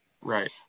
Right